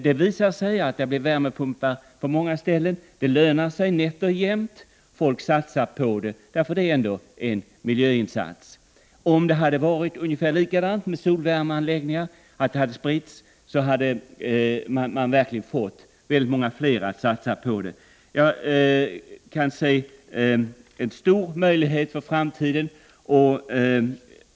Det har blivit värmepumpar på många ställen. Det lönar sig nätt och jämnt. Folk satsar på dem därför att det ändå är en miljöinsats man gör. Om solvärmeanläggningarna hade spridit sig på motsvarande sätt, hade man verkligen fått väldigt många fler att satsa på solvärme. Där ser jag en stor möjlighet för framtiden.